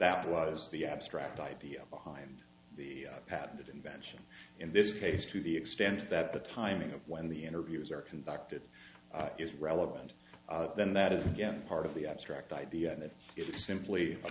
that was the abstract idea behind the patented invention in this case to the extent that the timing of when the interviews are conducted is relevant then that is again part of the abstract idea and if it's simply a